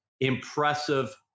impressive